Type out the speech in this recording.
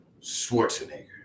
Schwarzenegger